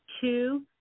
Two